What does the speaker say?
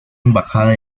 embajada